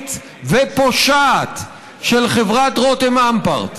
רשלנית ופושעת של חברת רותם אמפרט,